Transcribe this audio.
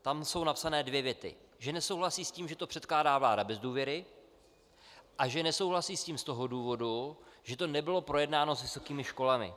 Tam jsou napsané dvě věty: že nesouhlasí s tím, že to předkládá vláda bez důvěry, a že s tím nesouhlasí z toho důvodu, že to nebylo projednáno s vysokými školami.